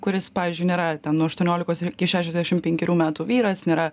kuris pavyzdžiui nėra ten nuo aštuoniolikos iki šešiasdešim penkerių metų vyras nėra